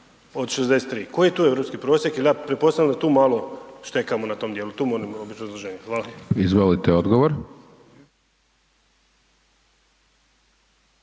od 63, koji je tu europski prosjek jel ja pretpostavljam da tu malo štekamo na tom dijelu, tu molim obrazloženje. Hvala. **Hajdaš